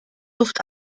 luft